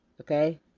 Okay